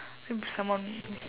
maybe someone